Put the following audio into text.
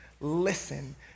listen